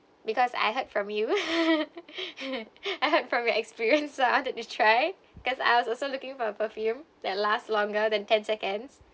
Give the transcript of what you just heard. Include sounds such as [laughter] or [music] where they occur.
because I heard from you [laughs] from your experience I wanted to try because I was also looking for perfume that last longer than ten seconds